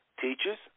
teachers